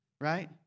right